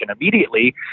immediately